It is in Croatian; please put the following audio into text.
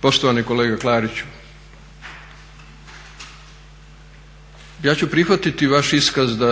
Poštovani kolega Klariću, ja ću prihvatiti vaš iskaz da